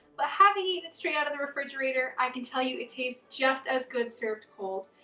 but having eaten straight out of the refrigerator i can tell you it tastes just as good served cold.